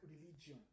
religion